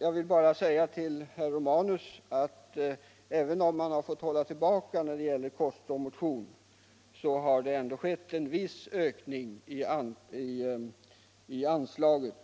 Jag vill bara säga till herr Romanus att det, även om man har fått hålla tillbaka när det gäller kost och motion, ändå har skett en viss ökning av anslaget